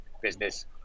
business